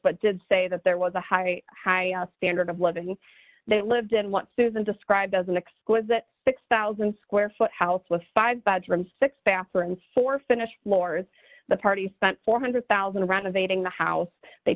but did say that there was a high high standard of living that lived in what susan described as an exquisite six thousand dollars square foot house with five bedrooms six bathrooms four finished floors the party spent four hundred thousand renovating the house they